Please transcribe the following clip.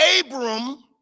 Abram